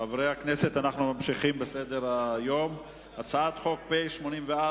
בעד, 33, אין מתנגדים, נמנע